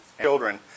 Children